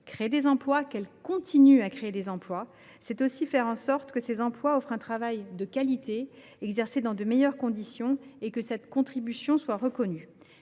sorte que notre économie continue à créer des emplois. Il est aussi de faire en sorte que ces emplois offrent un travail de qualité, exercé dans de meilleures conditions et que cette contribution soit reconnue.